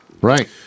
right